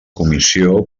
comissió